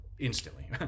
Instantly